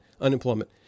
unemployment